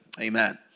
Amen